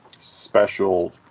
special